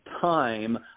time